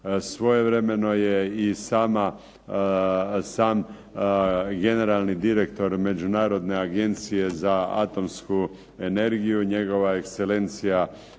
Svojevremeno je i sam generalni direktor Međunarodne Agencije za atomsku energiju, njegova ekscelencija